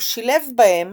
הוא שילב בהם